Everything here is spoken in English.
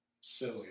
silly